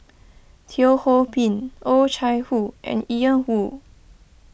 Teo Ho Pin Oh Chai Hoo and Ian Woo